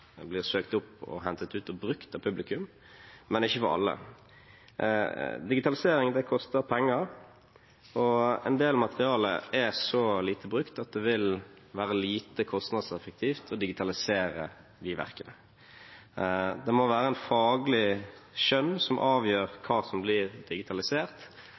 blir søkt opp og hentet ut og brukt av publikum, men ikke for alle. Digitalisering koster penger, og en del materiale er så lite brukt at det vil være lite kostnadseffektivt å digitalisere de verkene. Det må være faglig skjønn som avgjør hva som blir digitalisert